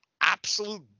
absolute